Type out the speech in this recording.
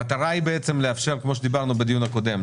המטרה היא בעצם לאפשר כמו שדיברנו בדיון הקודם,